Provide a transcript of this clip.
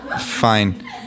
Fine